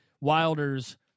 Wilder's